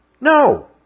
No